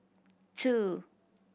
two